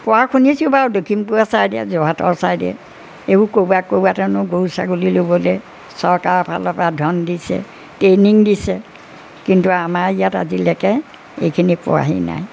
কোৱা শুনিছোঁ বাৰু দক্ষিণপুৰৰ ছাইডে যোৰহাটৰ ছাইডে এইবোৰ ক'ৰবাত ক'ৰবাত হেনো গৰু ছাগলী ল'বলৈ চৰকাৰৰ ফালৰপৰা ধন দিছে ট্ৰেইনিং দিছে কিন্তু আমাৰ ইয়াত আজিলৈকে এইখিনি পোৱাহি নাই